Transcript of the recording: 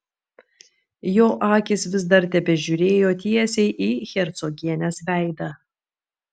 jo akys vis dar tebežiūrėjo tiesiai į hercogienės veidą